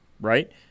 right